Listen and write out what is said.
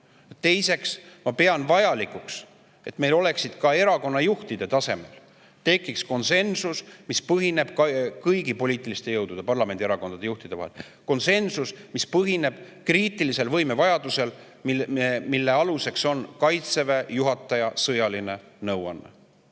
Teiseks, ma pean vajalikuks, et meil tekiks ka erakonnajuhtide tasemel konsensus, mis põhineb kõigi poliitiliste jõudude, parlamendierakondade juhtide üksmeelel. Konsensus, mis põhineb kriitilisel võimevajadusel, mille aluseks on Kaitseväe juhataja sõjaline nõuanne.